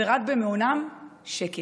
ורק במעונם שקט.